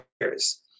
years